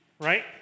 right